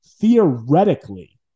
theoretically